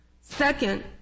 Second